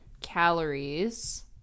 calories